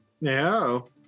No